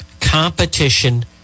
Competition